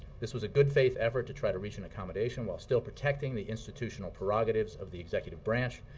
this was a good-faith effort to try to reach an accommodation while still protecting the institutional prerogatives of the executive branch,